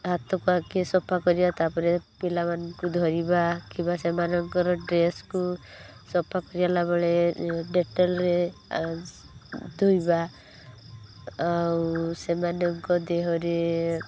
ହାତକୁ ଆଗେ ସଫା କରିବା ତା ପରେ ପିଲାମାନଙ୍କୁ ଧରିବା କିମ୍ବା ସେମାନଙ୍କର ଡ୍ରେସ୍କୁ ସଫା କରିଲା ବେଳେ ଡେଟଲ୍ରେ ଧୋଇବା ଆଉ ସେମାନଙ୍କ ଦେହରେ